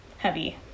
heavy